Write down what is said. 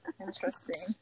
Interesting